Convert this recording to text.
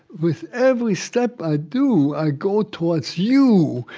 with every step i do, i go towards you.